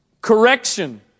correction